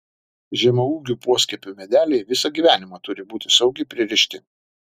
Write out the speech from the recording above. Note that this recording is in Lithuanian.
žemaūgių poskiepių medeliai visą gyvenimą turi būti saugiai pririšti